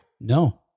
No